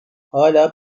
hâlâ